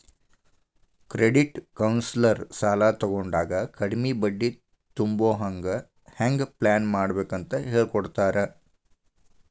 credit counsellor ಸಾಲಾ ತಗೊಂಡಾಗ ಕಡ್ಮಿ ಬಡ್ಡಿ ತುಂಬೊಹಂಗ್ ಹೆಂಗ್ ಪ್ಲಾನ್ಮಾಡ್ಬೇಕಂತ್ ಹೆಳಿಕೊಡ್ತಾರ